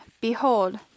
Behold